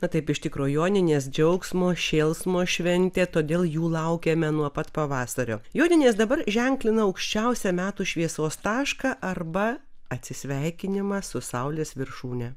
na taip iš tikro joninės džiaugsmo šėlsmo šventė todėl jų laukiame nuo pat pavasario joninės dabar ženklina aukščiausią metų šviesos tašką arba atsisveikinimą su saulės viršūne